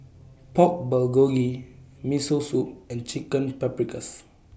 Pork Bulgogi Miso Soup and Chicken Paprikas